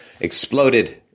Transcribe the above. exploded